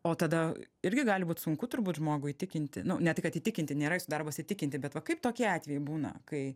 o tada irgi gali būt sunku turbūt žmogų įtikinti nu ne tik kad įtikinti nėra jūsų darbas įtikinti bet va kaip tokie atvejai būna kai